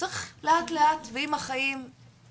ויש אנשים רעים, צריך לאט לאט ועם החיים לומדים,